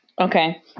Okay